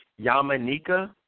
Yamanika